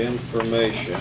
information